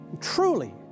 truly